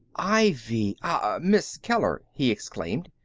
ivy ah miss keller! he exclaimed.